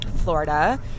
Florida